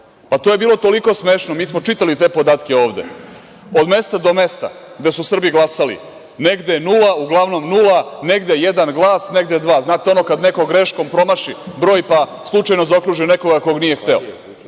je bilo toliko smešno, mi smo čitali te podatke ovde, od mesta do mesta gde su Srbi glasali, negde nula, uglavnom nula, negde jedan glas, negde dva. Znate ono kada neko greškom promaši broj pa slučajno zaokruži nekoga koga nije